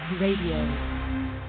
radio